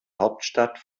hauptstadt